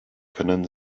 können